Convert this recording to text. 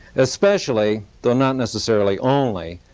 especially, though not necessarily only,